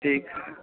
ठीक है